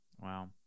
Wow